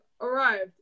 arrived